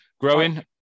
growing